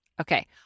Okay